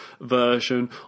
version